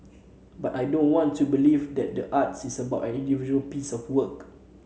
but I don't want to believe that the arts is about an individual piece of work